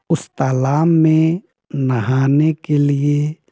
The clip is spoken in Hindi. उस तालाब में नहाने के लिए